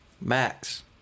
Max